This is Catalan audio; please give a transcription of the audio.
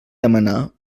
demanà